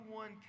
one